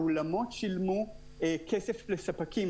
האולמות שילמו כסף לספקים,